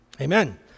Amen